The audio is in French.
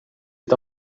est